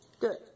Good